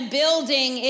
building